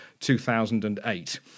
2008